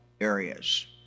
areas